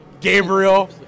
Gabriel